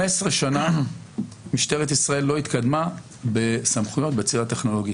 15 שנה משטרת ישראל לא התקדמה בסמכויות בציר הטכנולוגי.